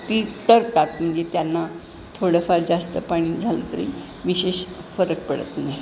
ती तरतात म्हणजे त्यांना थोडंफार जास्त पाणी झालं तरी विशेष फरक पडत नाही